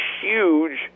huge